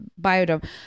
biodome